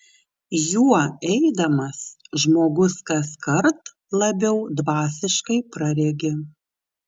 juo eidamas žmogus kaskart labiau dvasiškai praregi